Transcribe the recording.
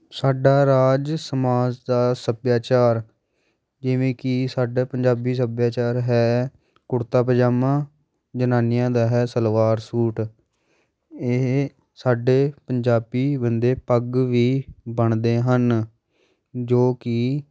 ਸਾਡਾ ਰਾਜ ਸਮਾਜ ਦਾ ਸੱਭਿਆਚਾਰ ਜਿਵੇਂ ਕੀ ਸਾਡਾ ਪੰਜਾਬੀ ਸੱਭਿਆਚਾਰ ਹੈ ਕੁੜਤਾ ਪਜਾਮਾ ਜਨਾਨੀਆਂ ਦਾ ਹੈ ਸਲਵਾਰ ਸੂਟ ਇਹ ਸਾਡੇ ਪੰਜਾਬੀ ਬੰਦੇ ਪੱਗ ਵੀ ਬੰਨਦੇ ਹਨ ਜੋ ਕਿ